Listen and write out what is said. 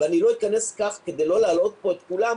ואני לא אכנס כאן כדי לא להלאות פה את כולם,